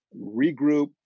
regroup